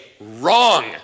wrong